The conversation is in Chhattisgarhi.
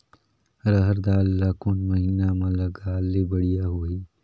रहर दाल ला कोन महीना म लगाले बढ़िया होही?